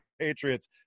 Patriots